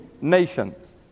nations